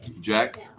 Jack